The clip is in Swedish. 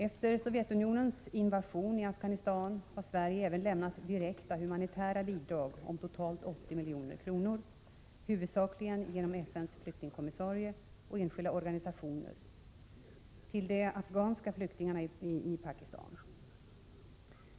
Efter Sovjetunionens invasion i Afghanistan har Sverige även lämnat direkta humanitära bidrag om totalt 80 milj.kr., huvudsakligen genom FN:s flyktingkommissarie och enskilda organisationer, till de afghanska flyktingarna i Pakistan.